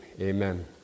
Amen